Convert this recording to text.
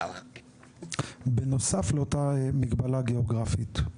בנוסף לאותה מגבלה גיאוגרפית.